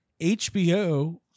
HBO